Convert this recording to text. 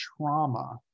trauma